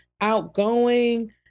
outgoing